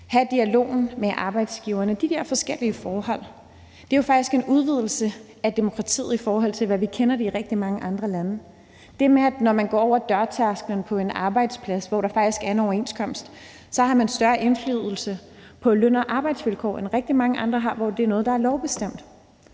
have dialogen med arbejdsgiverne og alle de der forskellige forhold, er jo faktisk en udvidelse af demokratiet, i forhold til hvordan det er i rigtig mange andre lande. Altså det med, at når man går over dørtærsklen til en arbejdsplads, hvor der faktisk er en overenskomst, så har man større indflydelse på løn og arbejdsvilkår, end man har i rigtig mange andre lande, hvor det er noget, der er lovbestemt.